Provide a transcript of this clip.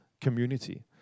community